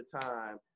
time